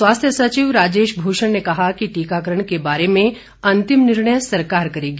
स्वास्थ्य सचिव राजेश भूषण ने कहा कि टीकाकरण के बारे में अंतिम निर्णय सरकार करेगी